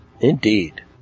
Indeed